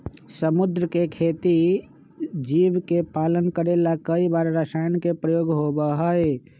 समुद्र के खेती जीव के पालन करे ला कई बार रसायन के प्रयोग होबा हई